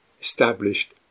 established